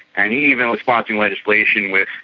and he even was sponsoring legislation with,